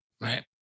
right